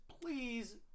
please